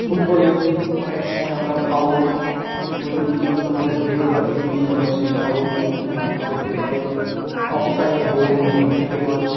ফুটবলে অনেক সময় আমরা ফাউল যে প্রযুক্তি উন্নত মানের ভিডিওগ্রাফিক দিয়ে আমরা সেই ফাউলটি শনাক্ত করতে পারি অফসাইড গোল বঞ্চিত হয়